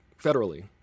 federally